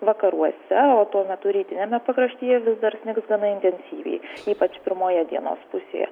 vakaruose o tuo metu rytiniame pakraštyje vis dar gana intensyviai ypač pirmoje dienos pusėje